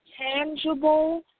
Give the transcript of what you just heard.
tangible